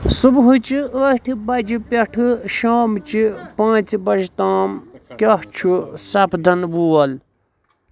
صبحٕچِہ ٲٹھہِ بجہِ پٮ۪ٹھہٕ شامچہٕ پانٛژِ بجہِ تام کیاہ چھُ سپدن وۄل؟